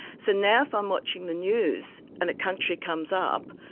so now if i'm watching the news and a country comes up,